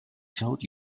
told